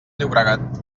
llobregat